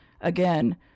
again